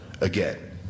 again